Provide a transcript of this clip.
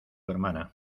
hermana